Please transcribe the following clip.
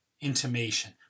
intimation